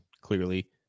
Clearly